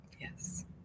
Yes